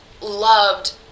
loved